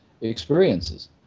experiences